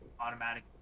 automatic